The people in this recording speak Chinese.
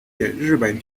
日本